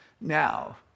Now